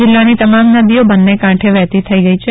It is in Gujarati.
જિલ્લાની તમામ નદીઓ બંને કાંઠે વહેતી થઈ ગઈ છે